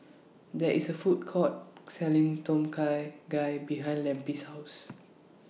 There IS A Food Court Selling Tom Kha Gai behind Lempi's House